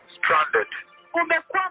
stranded